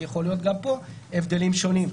יכולים להיות גם פה הבדלים שונים.